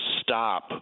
stop